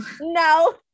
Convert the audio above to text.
No